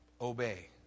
obey